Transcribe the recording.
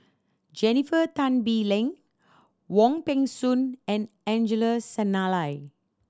Jennifer Tan Bee Leng Wong Peng Soon and Angelo Sanelli